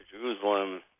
Jerusalem